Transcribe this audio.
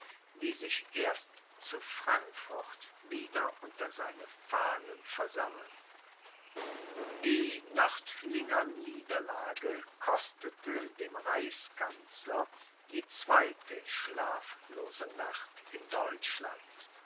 die sich erst zu frankfurt wieder unter seine fahnen versammeln die nördlinger niederlage kostete dem reichskanzler die zweite schlaflose nacht in deutschland